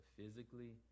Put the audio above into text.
physically